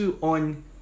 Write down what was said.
on